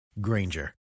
Granger